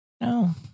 No